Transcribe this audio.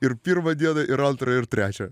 ir pirmą dieną ir antrą ir trečią